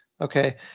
Okay